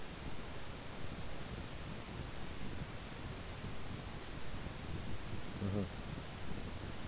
mmhmm